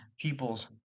people's